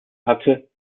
hatte